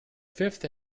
fifth